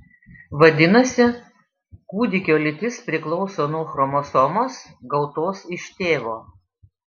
vadinasi kūdikio lytis priklauso nuo chromosomos gautos iš tėvo